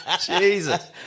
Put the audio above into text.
Jesus